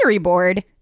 board